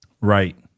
Right